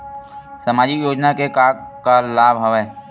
सामाजिक योजना के का का लाभ हवय?